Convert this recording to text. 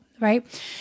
right